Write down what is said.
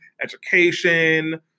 education